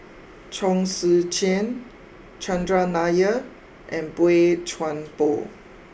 Chong Tze Chien Chandran Nair and Boey Chuan Poh